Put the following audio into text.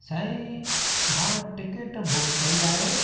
साईं मां ticket book कई आहे